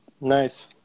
nice